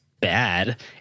bad